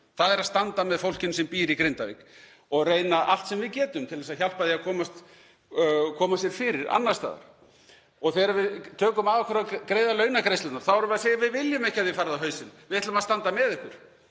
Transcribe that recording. það er að standa með fólkinu sem býr í Grindavík og reyna allt sem við getum til þess að hjálpa því að koma sér fyrir annars staðar. Og þegar við tökum að okkur að greiða launagreiðslurnar þá erum við að segja: Við viljum ekki að þið farið á hausinn, við ætlum að standa með ykkur.